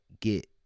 get